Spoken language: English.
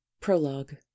Prologue